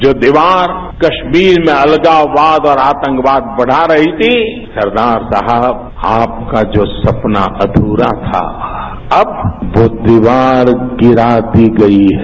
जो दीवार कश्मीर में अलगाववाद और आतंकवाद बढ़ा रही थी सरदार साहब आपका जो सपना अधूरा था अब वो दीवार गिरा दी गई है